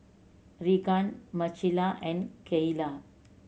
Reagan Marcella and Kaela